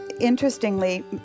interestingly